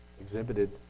exhibited